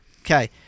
Okay